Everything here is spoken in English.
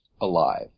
alive